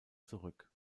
zurück